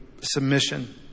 submission